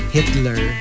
Hitler